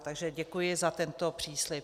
Takže děkuji za tento příslib.